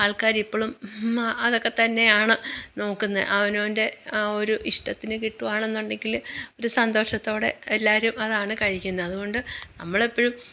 ആള്ക്കാരിപ്പോഴും അതൊക്കെത്തന്നെയാണ് നോക്കുന്നത് അവനവന്റെ ആ ഒരു ഇഷ്ടത്തിന് കിട്ടുവാണെന്നുണ്ടെങ്കിൽ ഒരു സന്തോഷത്തോടെ എല്ലാവരും അതാണ് കഴിക്കുന്നത് അതു കൊണ്ട് നമ്മളെപ്പോഴും